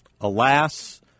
Alas